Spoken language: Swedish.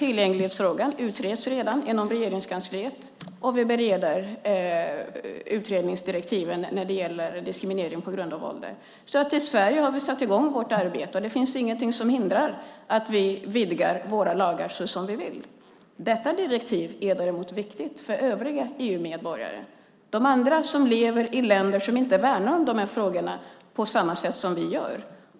Denna utreds redan inom Regeringskansliet, och vi bereder utredningsdirektiven när det gäller diskriminering på grund av ålder. I Sverige har vi alltså satt i gång vårt arbete. Det finns ingenting som hindrar att vi vidgar våra lagar som vi vill. Detta direktiv är däremot viktigt för övriga EU-medborgare som lever i länder som inte värnar om de här frågorna på samma sätt som vi gör.